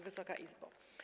Wysoka Izbo!